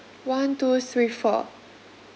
one two three four